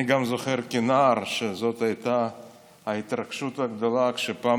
אני גם זוכר כנער שזאת הייתה התרגשות גדולה כשבפעם